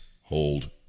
hold